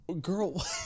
Girl